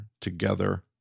together